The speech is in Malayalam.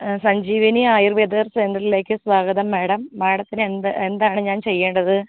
ആ സഞ്ജീവനി ആയുർവേദ സെൻ്ററിലേയ്ക്ക് സ്വാഗതം മാഡം മാഡത്തിന് എന്ത് എന്താണ് ഞാൻ ചെയ്യേണ്ടത്